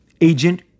Agent